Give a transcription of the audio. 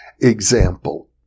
example